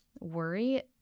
worry